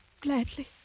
gladly